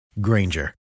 Granger